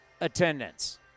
attendance